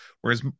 Whereas